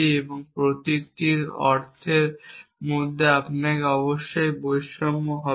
এবং প্রতীকটির অর্থের মধ্যে আপনাকে অবশ্যই বৈষম্য করতে হবে